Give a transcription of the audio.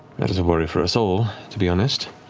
that is a worry for us all, to be honest.